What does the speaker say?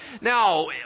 Now